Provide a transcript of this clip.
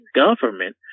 government